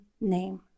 name